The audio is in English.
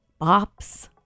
bops